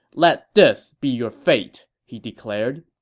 let this be your fate! he declared.